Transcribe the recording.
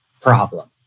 Problem